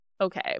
Okay